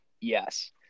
Yes